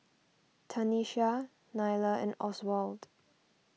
Tanisha Nylah and Oswald